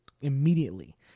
immediately